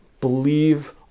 believe